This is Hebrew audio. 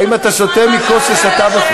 האם אתה שותה מכוס ששתה ממנה ספרדי?